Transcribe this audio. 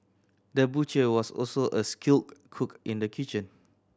the butcher was also a skilled cook in the kitchen